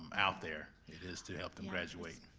out there. it is to help them graduate.